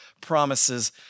promises